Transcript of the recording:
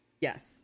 yes